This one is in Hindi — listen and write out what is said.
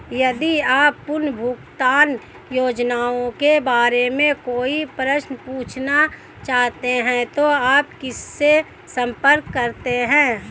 यदि आप पुनर्भुगतान योजनाओं के बारे में कोई प्रश्न पूछना चाहते हैं तो आप किससे संपर्क करते हैं?